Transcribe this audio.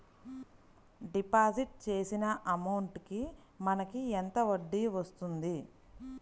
Deposit చేసిన amount కి మనకి ఎంత వడ్డీ వస్తుంది?